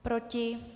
Proti?